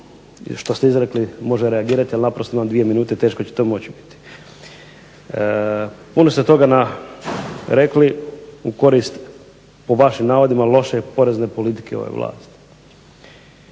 što ste izrekli može reagirati jer naprosto imam dvije minute, teško ću to moći. Puno ste toga rekli u korist po vašim navodima loše porezne politike ove vlasti.